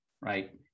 right